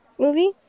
movie